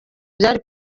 byari